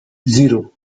zero